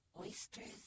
Oysters